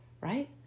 right